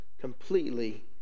completely